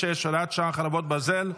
4 והוראת שעה, חרבות ברזל)